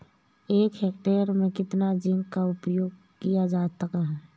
एक हेक्टेयर में कितना जिंक का उपयोग किया जाता है?